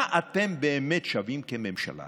מה אתם באמת שווים כממשלה